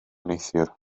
neithiwr